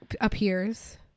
appears